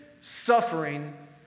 suffering